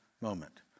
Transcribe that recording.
moment